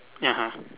(uh huh)